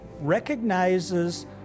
recognizes